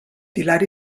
hilari